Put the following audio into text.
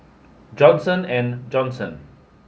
Johnson and Johnson